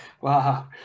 wow